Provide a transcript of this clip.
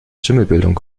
schimmelbildung